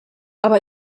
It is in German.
aber